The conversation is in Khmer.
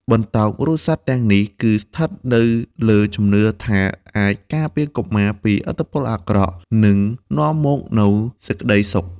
បន្តោងរូបសត្វទាំងនេះ គឺស្ថិតនៅលើជំនឿថាវាអាចការពារកុមារពីឥទ្ធិពលអាក្រក់ និងនាំមកនូវសេចក្តីសុខ។